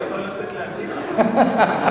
אני יכול לצאת להחזיק אותה?